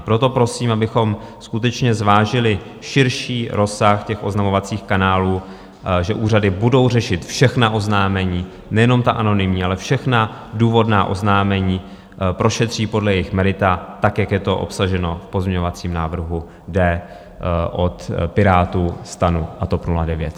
Proto prosím, abychom skutečně zvážili širší rozsah oznamovacích kanálů, že úřady budou řešit všechna oznámení, nejenom ta anonymní, ale všechna důvodná oznámení prošetří podle jejich merita, jak je to obsaženo v pozměňovacím návrhu D od Pirátů, STANu a TOP 09. Děkuji.